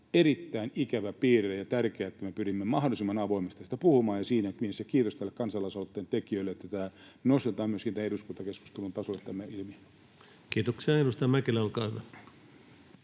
erittäin ikävä piirre, ja on tärkeää, että me pyrimme mahdollisimman avoimesti tästä puhumaan, ja siinä mielessä kiitos tämän kansalaisaloitteen tekijöille, että tämä ilmiö nostetaan myöskin eduskuntakeskustelun tasolle. Kiitoksia. — Edustaja Mäkelä, olkaa hyvä.